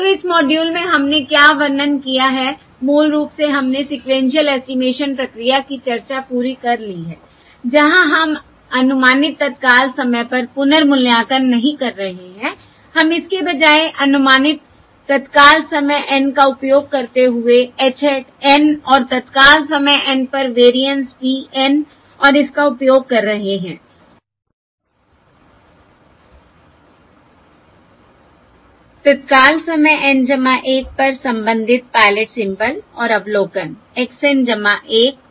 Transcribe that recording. तो इस मॉड्यूल में हमने क्या वर्णन किया है मूल रूप से हमने सीक्वेन्शिअल एस्टिमेशन प्रक्रिया की चर्चा पूरी कर ली है जहाँ हम अनुमानित तत्काल समय पर पुनर्मूल्यांकन नहीं कर रहे हैं हम इसके बजाय अनुमानित तत्काल समय N का उपयोग करते हुए h hat N और तत्काल समय N पर वेरिएंस p N और इस का उपयोग कर रहे हैं तत्काल समय N 1पर संबंधित पायलट सिंबल और अवलोकन x N 1 और y N 1